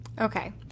Okay